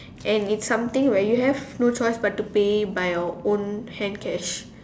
and it's something where you have no choice but to pay by our own hand cash